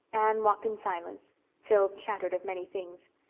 anne walked in silence phil chattered of many things.